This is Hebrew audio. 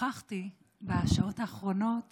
נוכחתי בשעות האחרונות